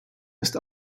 ist